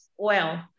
oil